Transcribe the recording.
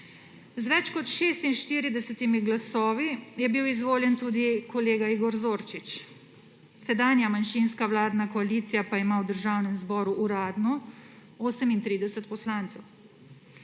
Z več kot 46 glasovi je bil izvoljen tudi kolega Igor Zorčič. Sedanja manjšinska vladna koalicija pa ima v državnem zboru uradno 38 poslancev.